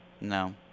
No